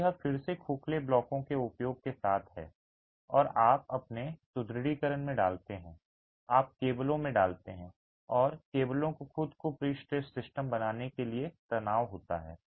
तो यह फिर से खोखले ब्लॉकों के उपयोग के साथ है आप अपने सुदृढीकरण में डालते हैं आप केबलों में डालते हैं और केबलों को खुद को प्रीस्ट्रेस्ड सिस्टम बनाने के लिए तनाव होता है